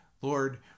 Lord